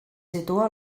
situa